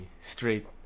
straight